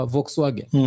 Volkswagen